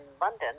London